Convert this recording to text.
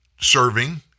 serving